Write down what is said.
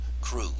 crew